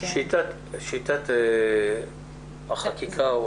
שיטת החקיקה.